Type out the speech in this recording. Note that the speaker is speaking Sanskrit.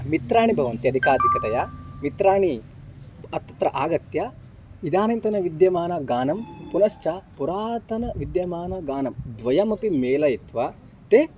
मित्राणि भवन्ति अधिकाधिकतया मित्राणि तत्र आगत्य इदनींतनविद्यमानगानं पुनश्च पुरातनविद्यमानगानं द्वयमपि मेलयित्वा ते